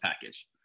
package